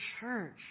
church